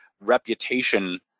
reputation